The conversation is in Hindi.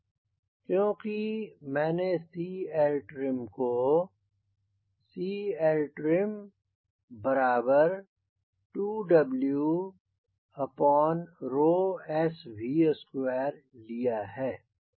क्योंकि मैंने C L trim को CLtrim2WSV2 लिया है